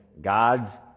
God's